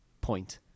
point